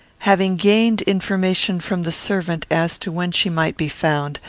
having gained information from the servant as to when she might be found,